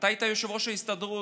אתה היית יושב-ראש ההסתדרות.